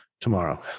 tomorrow